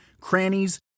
crannies